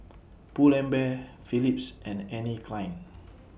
Pull and Bear Philips and Anne Klein